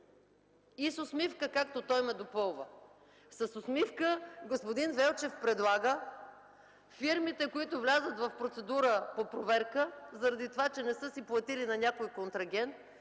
И с усмивка, както той ме допълва. С усмивка господин Велчев предлага фирмите, които влязат в процедура по проверка, заради това че не са си платили на някой контрагент,